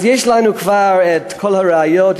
אז יש לנו כבר את כל הראיות,